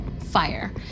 fire